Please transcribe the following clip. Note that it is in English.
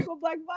black